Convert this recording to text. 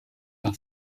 par